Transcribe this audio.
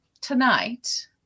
tonight